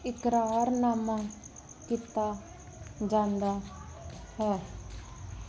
ਇਕਰਾਰਨਾਮਾ ਕੀਤਾ ਜਾਂਦਾ ਹੈ